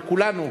לכולנו,